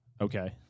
Okay